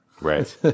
Right